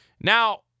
Now